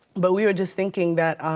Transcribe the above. but were just thinking that,